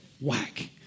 whack